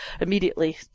immediately